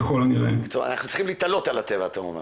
אתה אומר שאנחנו צריכים להתעלות על הטבע.